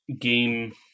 game